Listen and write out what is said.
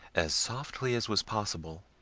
as softly as was possible,